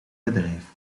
bedrijf